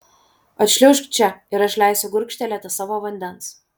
atšliaužk čia ir aš leisiu gurkštelėti savo vandens